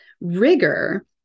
Rigor